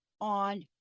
on